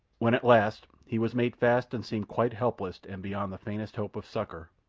when at last he was made fast and seemed quite helpless and beyond the faintest hope of succour,